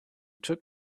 took